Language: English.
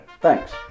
Thanks